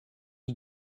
you